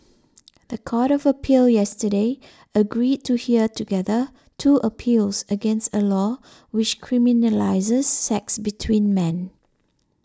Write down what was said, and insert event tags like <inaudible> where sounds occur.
<noise> the Court of Appeal yesterday agreed to hear together two appeals against a law which criminalises sex between men